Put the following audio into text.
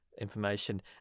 information